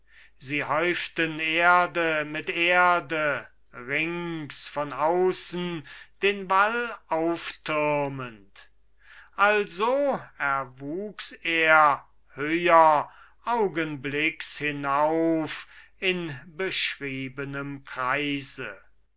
sie häuften erde mit erde rings von außen den wall auftürmend also erwuchs er höher augenblicks hinauf in beschriebenem kreise